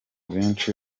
benshi